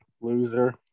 Loser